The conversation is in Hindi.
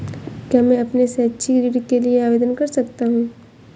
क्या मैं अपने शैक्षिक ऋण के लिए आवेदन कर सकता हूँ?